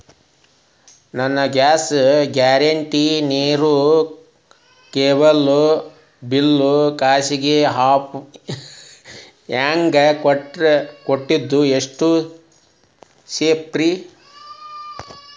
ನನ್ನ gas current, ನೇರು, cable ನ ಬಿಲ್ ಖಾಸಗಿ ಆ್ಯಪ್ ನ್ಯಾಗ್ ಕಟ್ಟೋದು ಎಷ್ಟು ಸೇಫ್ರಿ?